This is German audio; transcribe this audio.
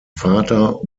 vater